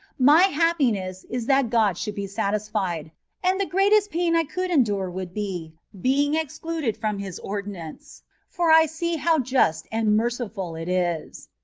my happiness is that god should be satisfied and the greatest pain i could endure would be being excluded from his ordi nance, for i see how just and merciful it is.